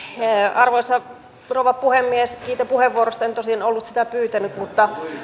arvoisa rouva puhemies kiitän puheenvuorosta en tosin ollut sitä pyytänyt mutta